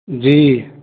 जी